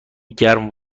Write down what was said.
گرم